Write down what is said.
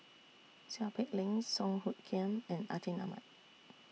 Seow Peck Leng Song Hoot Kiam and Atin Amat